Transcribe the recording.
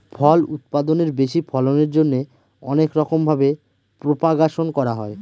ফল উৎপাদনের বেশি ফলনের জন্যে অনেক রকম ভাবে প্রপাগাশন করা হয়